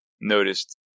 noticed